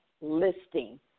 listing